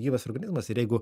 gyvas organizmas ir jeigu